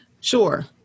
sure